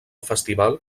festival